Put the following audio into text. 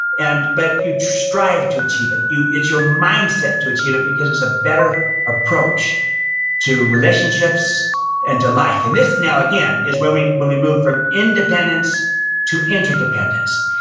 and but you strive to achieve it. it's your mindset to achieve it, because it's a better approach to relationships and to life. and this now again, is when we when we move from independence to interdependence.